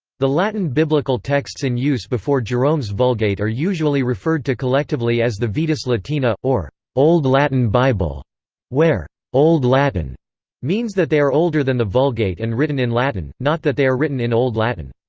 the latin biblical texts in use before jerome's vulgate are usually referred to collectively as the vetus latina, or old latin bible where old latin means that they are older than the vulgate and written in latin, not that they are written in old latin.